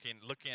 looking